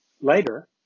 Later